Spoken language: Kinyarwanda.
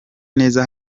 neza